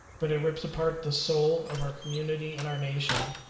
but it rips apart the soul of our community and our nation.